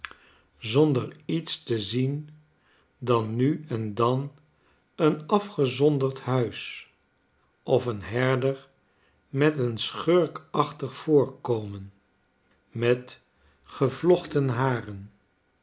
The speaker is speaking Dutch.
zonder iets te zien dan nu en dan een afgezonderd huis of een herder met een schurkachtig voorkomen met gevlochten haren